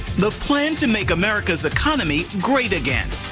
the plan to make america's economy great again.